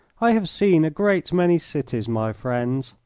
i have seen a great many cities, my friends.